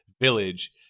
village